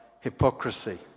hypocrisy